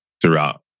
throughout